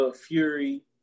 Fury